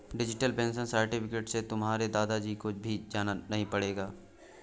digital pension certificate से तुम्हारे दादा जी को भी जाना नहीं पड़ेगा